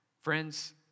Friends